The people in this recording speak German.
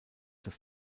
das